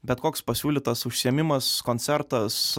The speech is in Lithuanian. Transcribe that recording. bet koks pasiūlytas užsiėmimas koncertas